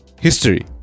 history